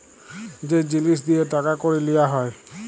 যে জিলিস দিঁয়ে টাকা কড়ি লিয়া হ্যয়